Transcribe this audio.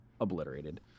obliterated